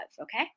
okay